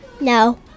No